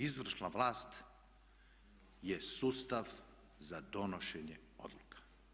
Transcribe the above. Izvršna vlast je sustav za donošenje odluka.